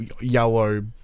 yellow